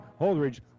Holdridge